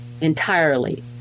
entirely